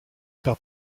par